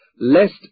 lest